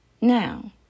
Now